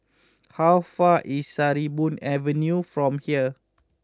how far away is Sarimbun Avenue from here